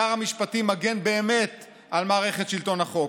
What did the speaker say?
שר המשפטים מגן באמת על מערכת שלטון החוק,